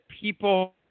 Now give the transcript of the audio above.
people